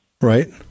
right